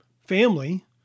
family